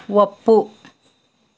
ಒಪ್ಪು